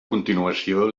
continuació